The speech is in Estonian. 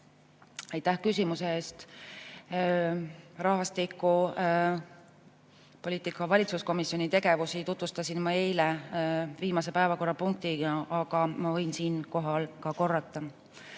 Aitäh küsimuse eest! Rahvastikupoliitika valitsuskomisjoni tegevust tutvustasin ma eile viimases päevakorrapunktis, aga ma võin siinkohal [seda] ka korrata.